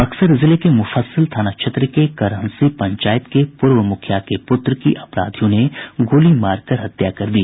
बक्सर जिले के मुफस्सिल थाना क्षेत्र के करहंसी पंचायत के पूर्व मुख्यिा के पुत्र की अपराधियों ने गोली मारकर हत्या कर दी